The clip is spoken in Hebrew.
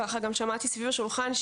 וגם שמעתי סביב השולחן,